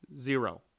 Zero